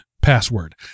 password